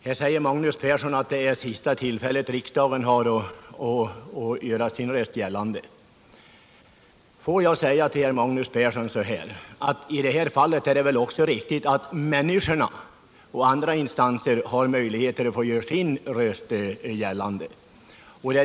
Herr talman! Magnus Persson säger att det är sista tillfället riksdagen har att göra sin röst gällande. Får jag säga till herr Magnus Persson att i det här fallet är det väl också riktigt att människorna och olika instanser har möjlighet att göra sina röster gällande.